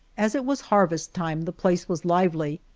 as it was harvest time the place was lively,